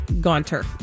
gaunter